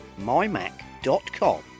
MyMac.com